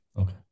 Okay